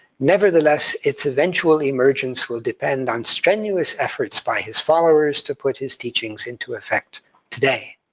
nevertheless, its eventual emergence will depend on strenuous effort by his followers to put his teachings into effect today.